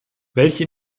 welche